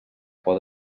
por